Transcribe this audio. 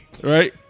Right